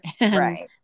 Right